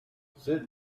sit